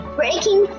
breaking